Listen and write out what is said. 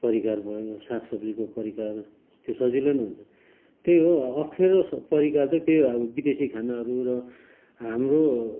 परिकार भयो साग सब्जीको परिकार त्यो सजिलो नै हुन्छ त्यही हो अफ्ठ्यारो परिकार चाहिँ त्यही हो अब विदेशी खानाहरू र हाम्रो